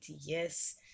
Yes